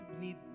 need